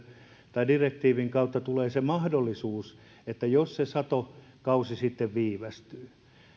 ja direktiivin kautta tulee se mahdollisuus että jos se satokausi sitten viivästyy